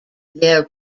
their